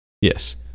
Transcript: Yes